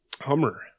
Hummer